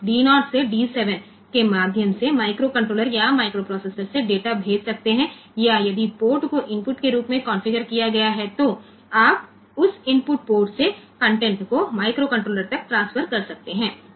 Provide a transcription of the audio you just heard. તેથી તે રીતે આપણે માઇક્રોકન્ટ્રોલર અથવા માઇક્રોપ્રોસેસર માંથી ડેટા આ D0 થી D7 પિન દ્વારા તે પોર્ટ પર મોકલી શકીએ છીએ અથવા જો કોઈ પોર્ટ ઇનપુટ પોર્ટ તરીકે કન્ફિગ્યુર કરેલ હોય તો આપણે તેના દ્વારા તે ઇનપુટ પોર્ટ માંથી માઇક્રોકન્ટ્રોલર માં કન્ટેન્ટ ને સ્થાનાંતરિત કરી શકીએ છીએ